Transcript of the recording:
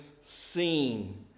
seen